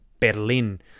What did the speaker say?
Berlin